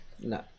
No